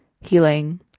healing